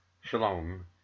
shalom